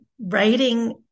writing